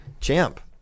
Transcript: champ